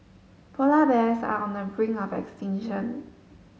polar bears are on the brink of extinction